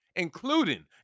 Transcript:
including